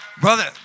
Brother